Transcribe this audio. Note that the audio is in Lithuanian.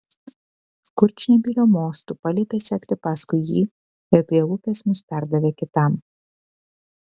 kurčnebylio mostu paliepė sekti paskui jį ir prie upės mus perdavė kitam